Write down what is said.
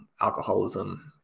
alcoholism